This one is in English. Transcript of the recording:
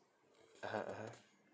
(uh huh) (uh huh)